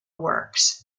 works